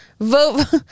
vote